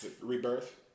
rebirth